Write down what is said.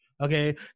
okay